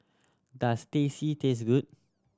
does Teh C taste good